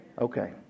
Okay